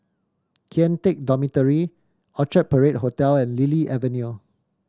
Kian Teck Dormitory Orchard Parade Hotel and Lily Avenue